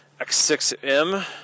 X6M